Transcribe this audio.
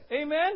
Amen